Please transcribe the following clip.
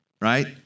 right